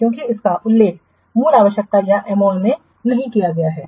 क्योंकि इसका उल्लेख मूल आवश्यकता या MoA में नहीं किया गया है